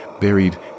buried